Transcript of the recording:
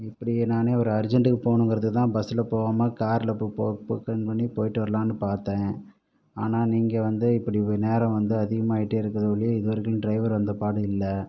இப்படி நானே ஒரு அர்ஜெண்ட்டுக்கு போகணுங்கிறதுக்கு தான் பஸ்ஸில் போகாம காரில் போ போ புக்கிங் பண்ணி போயிட்டு வரலான்னு பார்த்தேன் ஆனால் நீங்கள் வந்து இப்படி நேரம் வந்து அதிகமாயிட்டே இருக்குதே ஒழிய இதுவரைக்கிலும் டிரைவர் வந்த பாடு இல்லை